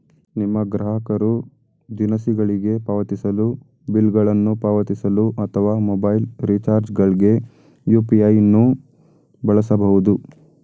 ನಿಮ್ಮ ಗ್ರಾಹಕರು ದಿನಸಿಗಳಿಗೆ ಪಾವತಿಸಲು, ಬಿಲ್ ಗಳನ್ನು ಪಾವತಿಸಲು ಅಥವಾ ಮೊಬೈಲ್ ರಿಚಾರ್ಜ್ ಗಳ್ಗೆ ಯು.ಪಿ.ಐ ನ್ನು ಬಳಸಬಹುದು